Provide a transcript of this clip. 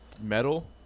Metal